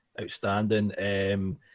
outstanding